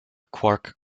quark